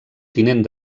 tinent